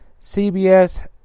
CBS